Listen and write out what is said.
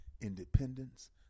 independence